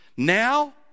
Now